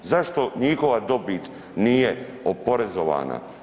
Zašto njihova dobit nije oporezovana?